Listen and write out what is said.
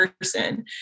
person